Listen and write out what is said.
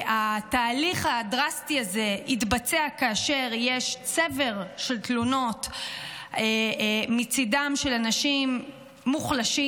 התהליך הדרסטי הזה יתבצע כאשר יש צבר של תלונות מצידם של אנשים מוחלשים,